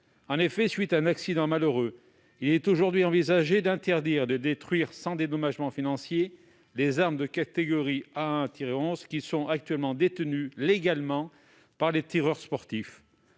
En effet, à la suite d'un accident malheureux, il est aujourd'hui envisagé d'interdire et de détruire sans dédommagement financier les armes de catégorie A1-11 qui sont actuellement détenues légalement par les tireurs sportifs.